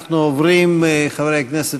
מאת חברי הכנסת